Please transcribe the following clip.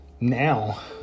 now